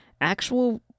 actual